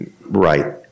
right